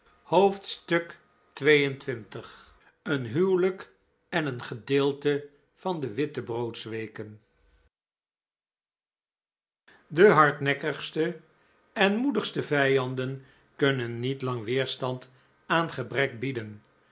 hoofdstuk xxii en huwelijk en een gedeelte van de wittebroodsweken id oaqoajaoo p e hardnekkigste en moedigste vijanden kunnen niet lang weerstand aan gebrek p bieden